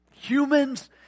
Humans